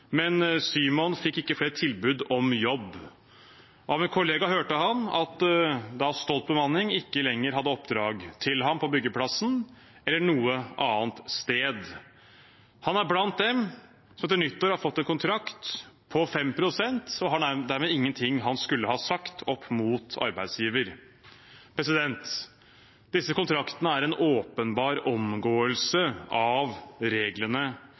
men Szymon fikk ikke flere tilbud om jobb. Av en kollega hørte han da at Stolt bemanning ikke lenger hadde oppdrag til ham på byggeplassen eller noe annet sted. Han er blant dem som etter nyttår har fått en kontrakt på 5 pst., og har dermed ingenting han skulle ha sagt opp mot arbeidsgiver. Disse kontraktene er en åpenbar omgåelse av reglene